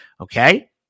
Okay